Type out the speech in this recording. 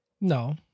No